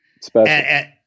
Special